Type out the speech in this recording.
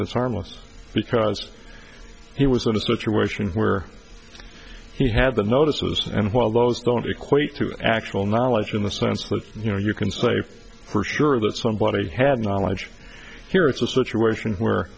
it's harmless because he was in a situation where he had the notices and while those don't equate to actual knowledge in the sense that you know you can say for sure that somebody had knowledge here it's a situation where